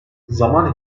zaman